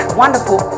wonderful